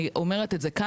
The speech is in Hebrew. אני אומרת את זה כאן.